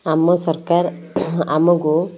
ଆମ ସରକାର ଆମକୁ